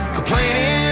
Complaining